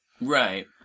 Right